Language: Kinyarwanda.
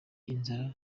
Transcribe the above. inzara